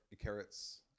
carrots